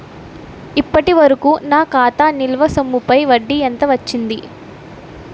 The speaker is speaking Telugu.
ఇప్పటి వరకూ నా ఖాతా నిల్వ సొమ్ముపై వడ్డీ ఎంత వచ్చింది?